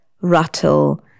rattle